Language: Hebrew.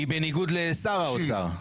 היא בניגוד לשר האוצר.